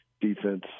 defense